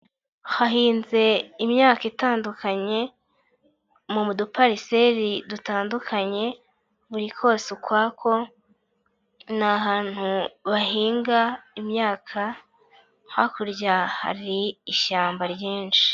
Hahinze imyaka itandukanye mu dupariseri dutandukanye, buri kose ukwako ni ahantu bahinga imyaka hakurya hari ishyamba ryinshi.